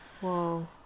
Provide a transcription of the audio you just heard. Whoa